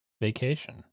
vacation